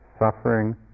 suffering